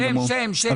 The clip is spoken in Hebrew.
שם, שם, שם.